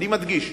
אני מדגיש,